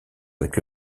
avec